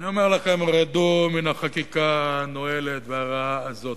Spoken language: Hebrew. אני אומר לכם: רדו מן החקיקה הנואלת והרעה הזאת,